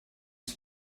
des